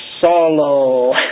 Solo